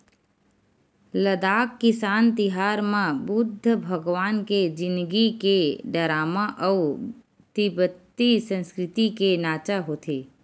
लद्दाख किसान तिहार म बुद्ध भगवान के जिनगी के डरामा अउ तिब्बती संस्कृति के नाचा होथे